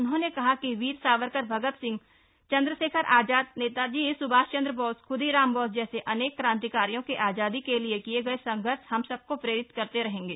उन्होंने कहा कि वीर सावरकर भगत सिंह चंद्रशेखर आजाद नेताजी सुभाष चंद्र बोस खुदीराम बोस जैसे अनेक क्रांतिकारियों के आजादी के लिए किए गए संघर्ष हम सबको प्रेरित करते रहेंगे